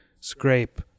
Scrape